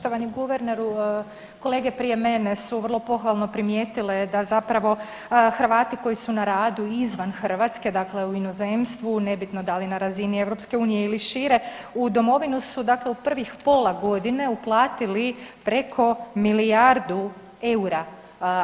Poštovani guverneru, kolege prije mene su vrlo pohvalno primijetile da zapravo Hrvati koji su na radu izvan Hrvatske, dakle u inozemstvu, nebitno da li na razini EU ili šire, u domovinu su dakle u prvih pola godine uplatili preko milijardu EUR-a.